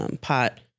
pot